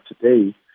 today